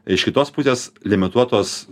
iš kitos pusės limituotos